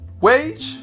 Wage